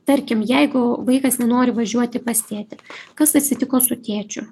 tarkim jeigu vaikas nenori važiuoti pas tėtį kas atsitiko su tėčiu